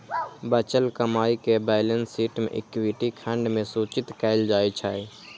बचल कमाइ कें बैलेंस शीट मे इक्विटी खंड मे सूचित कैल जाइ छै